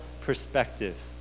perspective